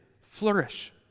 flourish